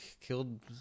killed